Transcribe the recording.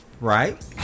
right